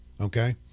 okay